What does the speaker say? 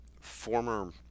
former